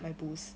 the boost